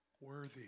Worthy